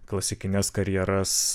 klasikines karjeras